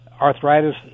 Arthritis